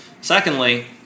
Secondly